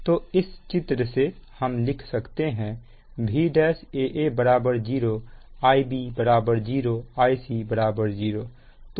तो इस चित्र से हम लिख सकते हैं Vaa1 0 Ib 0 Ic 0